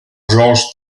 george